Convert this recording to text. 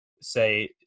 say